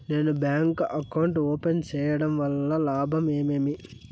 నేను bank account open సేయడం వల్ల లాభాలు ఏమేమి?